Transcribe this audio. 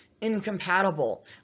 incompatible